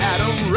Adam